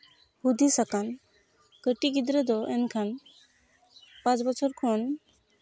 ᱦᱩᱫᱤᱧ ᱟᱠᱟᱱ ᱠᱟᱹᱴᱤᱡ ᱜᱤᱫᱽᱨᱟᱹ ᱫᱚ ᱮᱱᱠᱷᱟᱱ ᱯᱟᱸᱪ ᱵᱚᱪᱷᱚᱨ ᱠᱷᱚᱱ